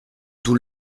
tout